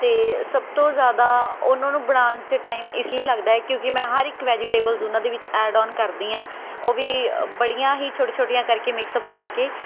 ਅਤੇ ਸਭ ਤੋਂ ਜ਼ਿਆਦਾ ਉਹਨਾਂ ਨੂੰ ਬਣਾਉਣ 'ਚ ਟਾਈਮ ਇਸ ਲਈ ਲੱਗਦਾ ਕਿਉਂਕਿ ਮੈਂ ਹਰ ਇੱਕ ਵੈਜੀਟੇਬਲਜ਼ ਉਹਨਾਂ ਦੇ ਵਿੱਚ ਐਡ ਆਨ ਕਰਦੀ ਹਾਂ ਉਹ ਵੀ ਬੜੀਆਂ ਹੀ ਛੋਟੀ ਛੋਟੀਆਂ ਕਰਕੇ ਮਿਕਸ ਅਪ ਕਰਕੇ